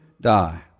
die